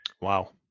Wow